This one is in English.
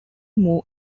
moore